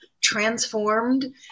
transformed